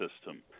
system